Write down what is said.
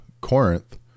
Corinth